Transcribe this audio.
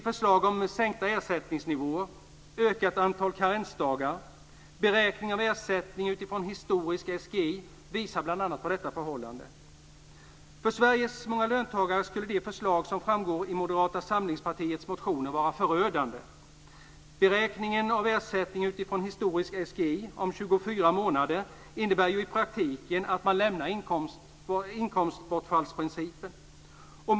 Förslagen om sänkta ersättningsnivåer, ett ökat antal karensdagar och beräkningen av ersättning utifrån historisk SGI visar bl.a. på detta förhållande. För Sveriges många löntagare skulle ett förverkligande av förslagen i Moderata samlingspartiets motioner vara förödande. Beräkningen av ersättningen utifrån historisk SGI om 24 månader innebär i praktiken att man lämnar inkomstbortfallsprincipen.